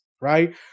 Right